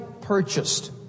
purchased